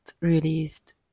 released